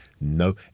No